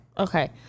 Okay